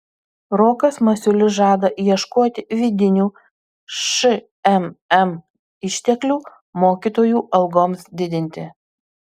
rokas masiulis žada ieškoti vidinių šmm išteklių mokytojų algoms didinti